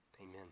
Amen